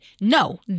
No